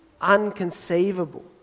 unconceivable